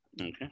okay